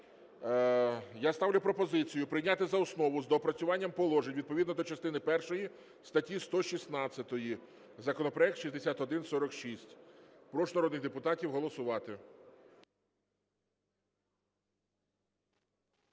Я ставлю пропозицію прийняти за основу з доопрацюванням положень відповідно до частини першої статті 116. Законопроект 6146. Прошу народних депутатів голосувати.